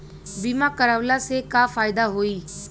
बीमा करवला से का फायदा होयी?